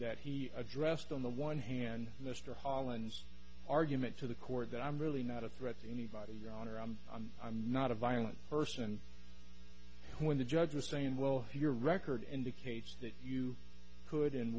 that he addressed on the one hand mr holland's argument to the court that i'm really not a threat to anybody your honor i'm on i'm not a violent person when the judge was saying well your record indicates that you could